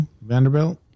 Vanderbilt